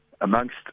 Amongst